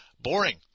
Boring